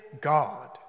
God